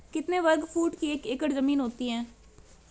कितने वर्ग फुट की एक एकड़ ज़मीन होती है?